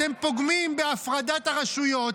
אתם פוגמים בהפרדת הרשויות,